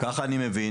כך אני מבין,